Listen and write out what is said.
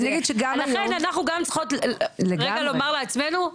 לכן אנחנו גם צריכות רגע לומר לעצמנו,